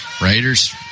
raiders